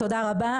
תודה רבה.